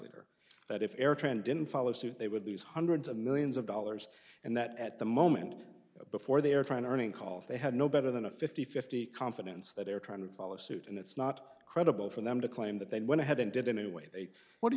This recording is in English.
leader that if air tran didn't follow suit they would lose hundreds of millions of dollars and that at the moment before they are trying to earning cause they had no better than a fifty fifty confidence that they're trying to follow suit and it's not credible for them to claim that they went ahead and did in a way what